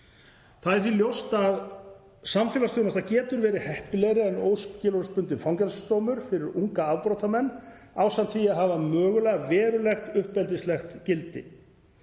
Það er ljóst að samfélagsþjónusta getur verið heppilegri en óskilorðsbundinn fangelsisdómur fyrir unga afbrotamenn ásamt því að hafa mögulega verulegt uppeldislegt gildi.